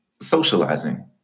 socializing